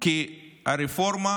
כי הרפורמה,